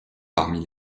parmi